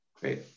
great